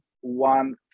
one